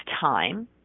time